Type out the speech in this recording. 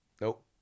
Nope